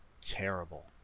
terrible